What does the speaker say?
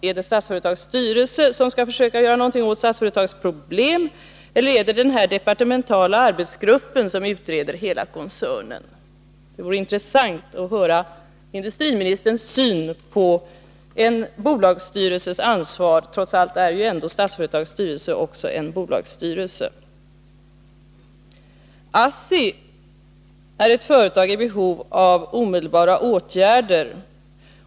Är det Statsföretags styrelse som skall göra något åt Statsföretags problem eller är det den departementala arbetsgrupp som utreder hela koncernen? Det vore intressant att få höra industriministerns syn på en bolagsstyrelses ansvar. Trots allt är ju Statsföretags styrelse också en bolagsstyrelse. ASSI är ett företag i behov av omedelbara åtgärder.